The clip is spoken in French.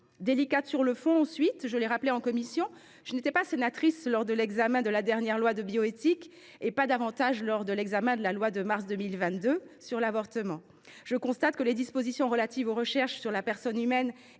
délicate sur le fond. Comme je l’ai rappelé en commission, je n’étais pas sénatrice lors de l’examen de la dernière loi de bioéthique, et pas davantage lors de l’examen de mars 2022 visant à renforcer le droit à l’avortement. Je constate que les dispositions relatives aux recherches sur la personne humaine